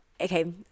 okay